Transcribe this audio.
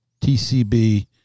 TCB